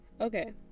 okay